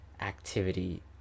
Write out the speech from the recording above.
activity